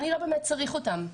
אבל אני לא באמת צריך אותם,